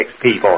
people